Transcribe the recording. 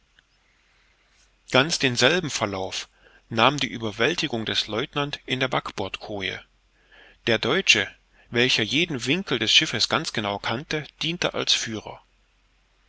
ganz denselben verlauf nahm die ueberwältigung des lieutenant in der backbordkoje der deutsche welcher jeden winkel des schiffes ganz genau kannte diente als führer